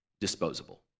disposable